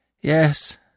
Yes